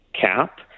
cap